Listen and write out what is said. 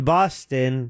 Boston